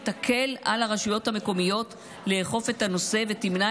שתקל על הרשויות המקומיות לאכוף את הנושא ותמנע